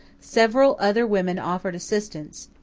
several other women offered assistance.